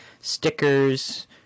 stickers